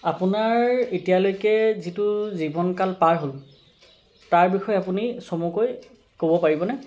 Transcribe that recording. আপোনাৰ এতিয়ালৈকে যিটো জীৱনকাল পাৰ হ'ল তাৰ বিষয়ে আপুনি চমুকৈ ক'ব পাৰিবনে